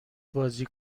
بازی